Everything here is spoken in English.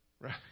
Right